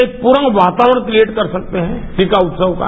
एक पूरा वातावरण क्रियेट कर सकते हैं टीका उत्सव का